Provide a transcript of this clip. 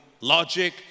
logic